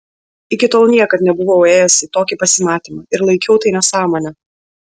iki tol niekad nebuvau ėjęs į tokį pasimatymą ir laikiau tai nesąmone